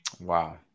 Wow